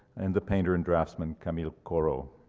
and the painter and draftsman camille corot.